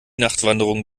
nachtwanderung